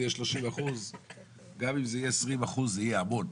יהיה 30% גם אם זה יהיה 20% זה יהיה המון.